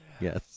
yes